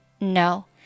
No